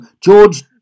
George